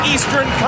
Eastern